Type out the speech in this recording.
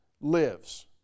lives